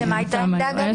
שמה הייתה העמדה?